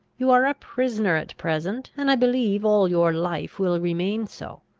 you are a prisoner at present, and i believe all your life will remain so.